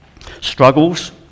Struggles